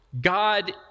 God